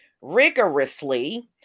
rigorously